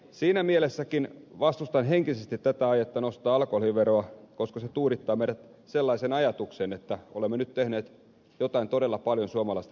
siinä mielessäkin vastustan henkisesti tätä aietta nostaa alkoholiveroa että se tuudittaa meidän sellaiseen ajatukseen että olemme nyt tehneet jotain todella paljon suomalaisten terveyden eteen